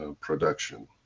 production